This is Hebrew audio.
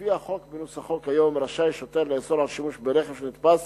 לפי החוק בנוסחו כיום רשאי שוטר לאסור שימוש ברכב שנתפס